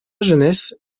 jeunesse